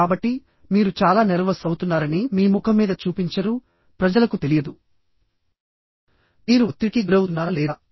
కాబట్టి మీరు చాలా నెర్వస్ అవుతున్నారని మీ ముఖం మీద చూపించరు ప్రజలకు తెలియదుమీరు ఒత్తిడికి గురవుతున్నారా లేదా